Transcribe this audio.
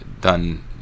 done